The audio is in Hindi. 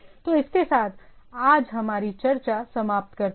तो इसके साथ आज हमारी चर्चा समाप्त करते हैं